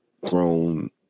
grown